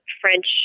French